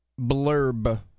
blurb